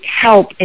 help